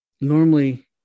Normally